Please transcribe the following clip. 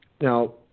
Now